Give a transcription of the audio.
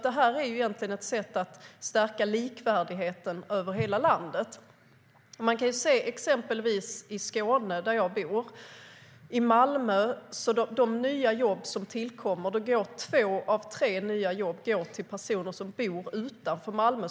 Det här är egentligen ett sätt att stärka likvärdigheten över hela landet.I exempelvis Skåne, där jag bor, kan man se att två av tre nya jobb som tillkommer i Malmö går till personer som bor utanför Malmö.